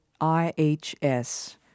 IHS